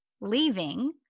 leaving